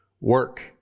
Work